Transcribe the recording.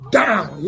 down